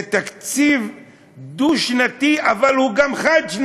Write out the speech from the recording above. זה תקציב דו-שנתי, אבל הוא גם חד-שנתי.